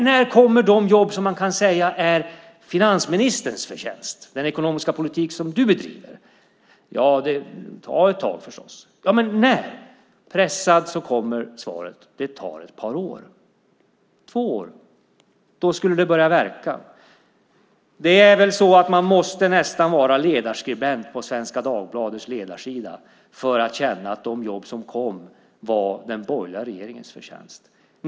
Men när skulle de jobb komma som skulle vara finansministerns förtjänst, den ekonomiska politik som han bedriver? Ja, det skulle ta ett tag förstås. Men när? Pressad kom svaret att det skulle ta ett par år. Två år. Man måste nästan vara ledarskribent på Svenska Dagbladets ledarsida för att känna att de jobb som kom var den borgerliga regeringens förtjänst.